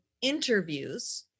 interviews